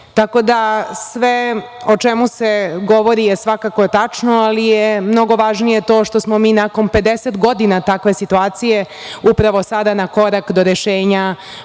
Sve o čemu se govori je svakako tačno, ali je mnogo važnije što smo mi nakon 50 godina takve situacije upravo sada na korak do rešenja